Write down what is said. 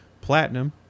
platinum